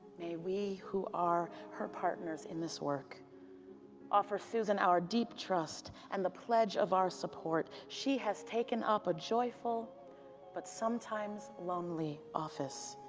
may we, who are her partners in this work offer name. and our deep trust and the pledge of our support. she has taken up a joyful but sometimes lonely office.